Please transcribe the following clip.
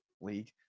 League